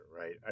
right